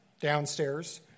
downstairs